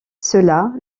cela